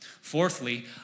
Fourthly